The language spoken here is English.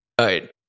right